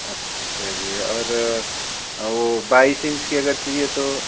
अच्छा जी और वह बाईस इंच की अगर चाहिए तो